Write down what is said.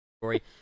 story